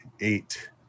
eight